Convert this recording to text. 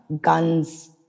guns